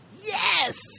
yes